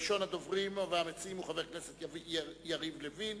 ראשון הדוברים והמציעים הוא חבר הכנסת יריב לוין,